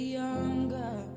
younger